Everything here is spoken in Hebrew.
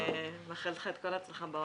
אני מאחלת לך את כל ההצלחה בעולם.